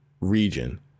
region